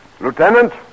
Lieutenant